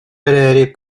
эрээри